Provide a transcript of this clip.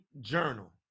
Journal